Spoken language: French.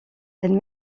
elle